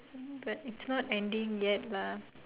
but it's not ending yet lah